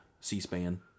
C-SPAN